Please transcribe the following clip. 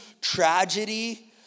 tragedy